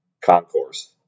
concourse